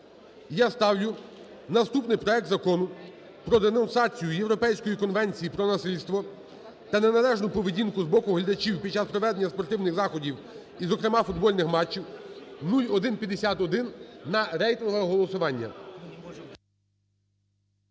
Я ставлю наступний проект Закону про денонсацію Європейської Конвенції про насильство та неналежну поведінку з боку глядачів під час проведення спортивних заходів, і зокрема футбольних матчів (0151) на рейтингове голосування.